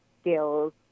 skills